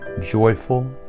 joyful